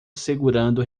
segurando